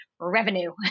revenue